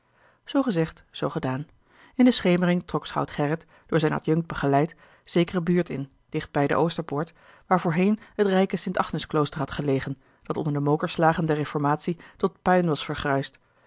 gezegd zoo gedaan in de schemering trok schout gerrit door zijn adjunct begeleid zekere buurt in dicht bij de oostterpoort waar voorheen het rijke st agnus klooster had gelegen dat onder de mokerslagen der reformatie tot